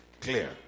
Clear